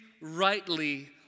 rightly